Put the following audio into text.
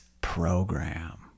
Program